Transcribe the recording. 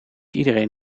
iedereen